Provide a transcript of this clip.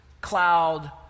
cloud